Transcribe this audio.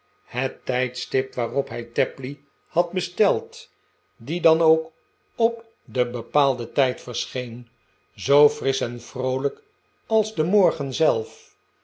het tijdstip waarop hij tapley had besteld die dan ook op den bepaalden tijd verscheen zoo frisch en vroolijk als de morgen zelf